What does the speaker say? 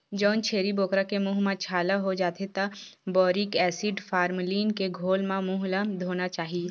जउन छेरी बोकरा के मूंह म छाला हो जाथे त बोरिक एसिड, फार्मलीन के घोल म मूंह ल धोना चाही